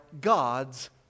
God's